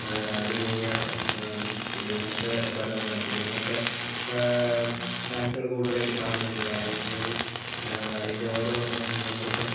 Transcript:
അതിൽ മോഹിനിയാട്ടം കുച്ചിപ്പുടി അങ്ങനത്തെ ഭരതനാട്യം അങ്ങനത്തെ ഡാൻസികൾ കൂടുതലായിട്ടും കാണുന്നുണ്ട് കാരണം എന്താ വെച്ച് കഴിഞ്ഞാൽ അതിൻ്റെ ഓരോ നമ്മളിപ്പം